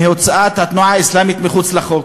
מהוצאת התנועה האסלאמית מחוץ לחוק.